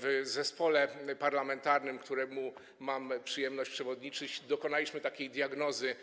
W zespole parlamentarnym, któremu mam przyjemność przewodniczyć, dokonaliśmy takiej diagnozy